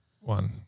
one